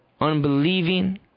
unbelieving